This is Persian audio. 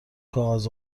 کاغذ